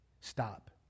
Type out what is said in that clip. Stop